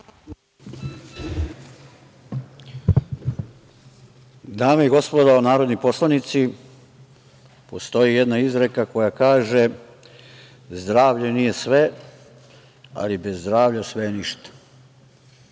Dame i gospodo narodni poslanici, postoji jedna izreka koja kaže: „Zdravlje nije sve, ali bez zdravlja sve je ništa“.